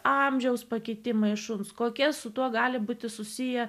amžiaus pakitimai šuns kokia su tuo gali būti susiję